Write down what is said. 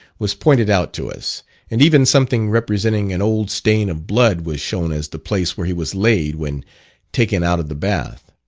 was pointed out to us and even something representing an old stain of blood was shown as the place where he was laid when taken out of the bath.